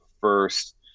first